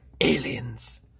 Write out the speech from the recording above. aliens